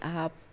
up